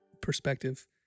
perspective